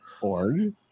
org